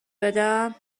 بدم